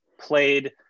played